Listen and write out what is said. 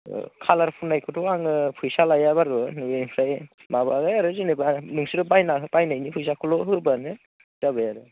खालार फुननायखोथ' आङो फैसा लाया बारु नोंनिफ्राय माबाबाय आरो जेनेबा नोंसोर बायनायनि फैसाखौल' होबानो जाबाय आरो